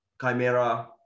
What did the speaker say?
Chimera